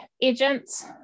agents